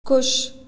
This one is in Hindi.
खुश